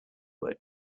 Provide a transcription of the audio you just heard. word